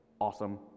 awesome